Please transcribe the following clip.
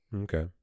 Okay